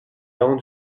dents